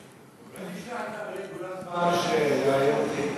אולי תשלח את אריה גולן פעם שיראיין אותי?